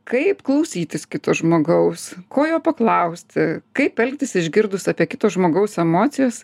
kaip klausytis kito žmogaus ko jo paklausti kaip elgtis išgirdus apie kito žmogaus emocijas